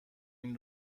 این